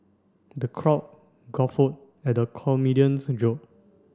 the crowd at the comedian's joke